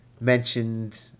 mentioned